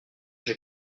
j’ai